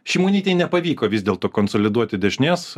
šimonytei nepavyko vis dėlto konsoliduoti dešinės